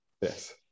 Yes